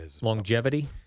longevity